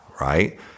right